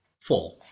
four